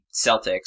Celtics